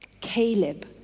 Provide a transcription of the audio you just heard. Caleb